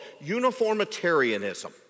uniformitarianism